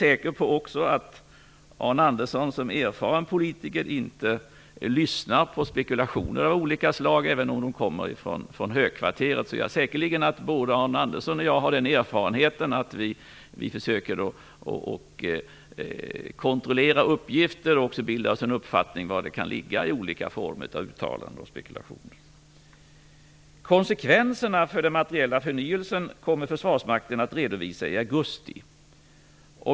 Jag är också helt säker på att Arne Andersson som erfaren politiker inte lyssnar spekulationer av olika slag, även om de kommer från högkvarteret. Jag tror säkerligen att både Arne Andersson och jag har den erfarenheten att vi försöker kontrollera uppgifter och bilda oss en uppfattning om vad som kan ligga i olika former av uttalanden och spekulationer. Konsekvenserna för den materiella förnyelsen kommer Försvarsmakten att redovisa i augusti.